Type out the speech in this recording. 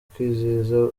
kwizihiza